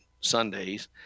Sundays